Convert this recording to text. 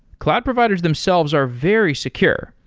cloud providers themselves are very secure,